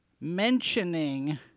mentioning